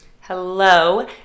Hello